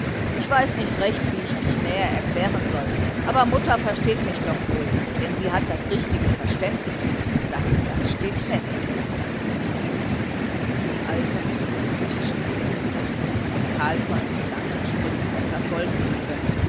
ich weiß nicht recht wie ich mich näher erklären soll aber mutter versteht mich doch wohl denn sie hat das richtige verständnis für diese sachen das steht fest die alte hatte sich am tische niedergelassen um carlssons gedankensprüngen besser folgen zu können